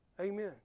Amen